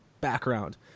background